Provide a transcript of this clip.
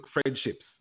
friendships